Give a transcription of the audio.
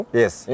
yes